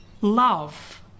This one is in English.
love